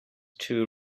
too